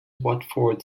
watford